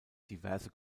diverse